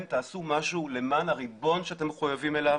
תעשו משהו למען הריבון שאתם מחויבים אליו,